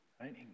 Right